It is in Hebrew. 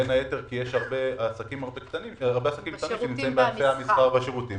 בין היתר כי יש הרבה עסקים קטנים שנמצאים במסחר ובשירותים,